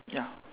ya